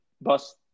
bus